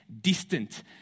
distant